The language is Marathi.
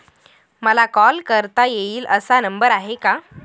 मला कॉल करता येईल असा नंबर आहे का?